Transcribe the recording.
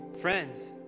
friends